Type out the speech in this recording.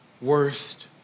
worst